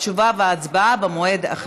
התשובה וההצבעה במועד אחר.